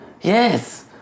Yes